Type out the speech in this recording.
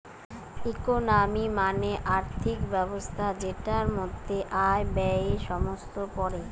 economy মানে আর্থিক ব্যবস্থা যেটার মধ্যে আয়, ব্যয়ে সমস্ত পড়ে